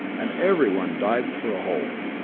and everyone dived for a hold,